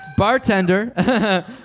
Bartender